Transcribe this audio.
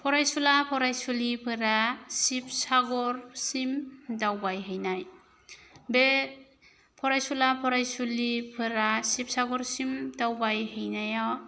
फरायसुला फरायसुलिफोरा शिबसागरसिम दावबायहैनाय बे फरायसुला फरयासुलिफोरा शिबसागरसिम दावबायहैनायाव